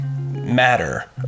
matter